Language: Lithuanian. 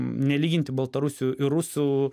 nelyginti baltarusių ir rusų